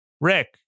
rick